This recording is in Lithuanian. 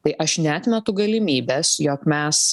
tai aš neatmetu galimybės jog mes